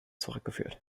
zurückgeführt